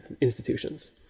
institutions